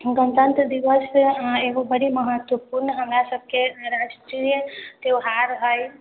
गणतन्त्र दिवस एकगो बड़ी महत्वपूर्ण हमरासबके राष्ट्रीय त्यौहार है